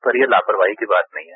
पर ये लापरवाही की बात नहीं है